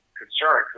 concern